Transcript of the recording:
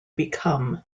become